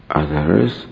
others